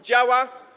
Działa?